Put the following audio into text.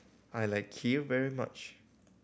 I like Kheer very much